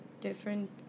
different